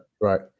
Right